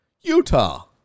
Utah